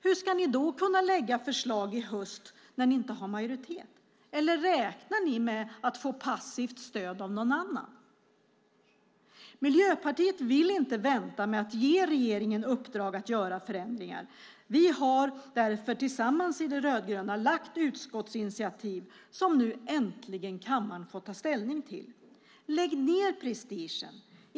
Hur ska ni kunna lägga fram förslag i höst när ni inte har majoritet? Eller räknar ni med att få passivt stöd av någon annan? Miljöpartiet vill inte vänta med att ge regeringen i uppdrag att göra ändringar. Därför har vi i de rödgröna partierna tillsammans tagit utskottsinitiativ som kammaren nu äntligen får ta ställning till. Lägg ned prestigen!